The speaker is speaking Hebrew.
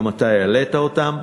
גם אתה העלית אותן.